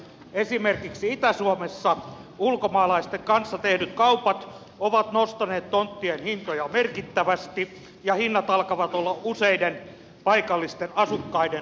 esimerkiksi itä suomessa ulkomaalaisten kanssa tehdyt kaupat ovat nostaneet tonttien hintoja merkittävästi ja hinnat alkavat olla useiden paikallisten asukkaiden ulottumattomissa